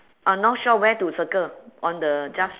uh north shore where to circle on the just